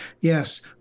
Yes